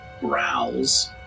growls